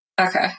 Okay